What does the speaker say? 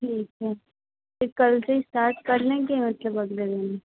ठीक है फिर कल से इस्टार्ट कर लें कि मतलब अगले दिन